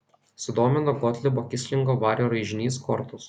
sudomino gotlibo kislingo vario raižinys kortos